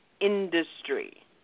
industry